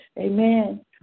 amen